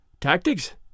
Tactics